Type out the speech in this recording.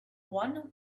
one